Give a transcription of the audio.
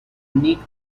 nick